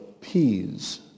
peas